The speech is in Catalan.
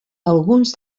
alguns